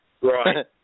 right